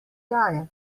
daje